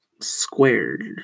squared